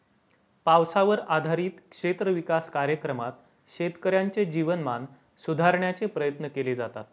पावसावर आधारित क्षेत्र विकास कार्यक्रमात शेतकऱ्यांचे जीवनमान सुधारण्याचे प्रयत्न केले जातात